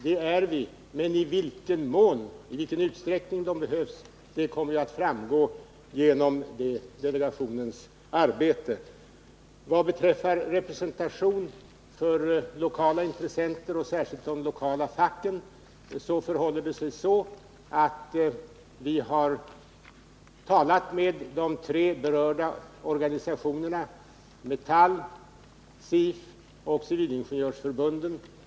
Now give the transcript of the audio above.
Vi är på det klara med detta, men i vilken utsträckning insatserna behövs kommer ju att framgå genom delegationens arbete. Vad beträffar frågan om representation för lokala intressenter, särskilt de lokala facken, förhåller det sig så att vi har talat med de tre berörda organisationerna Metall, SIF och Civilingenjörsförbundet.